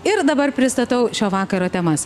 ir dabar pristatau šio vakaro temas